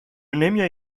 نمیایی